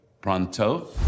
Pronto